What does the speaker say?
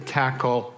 tackle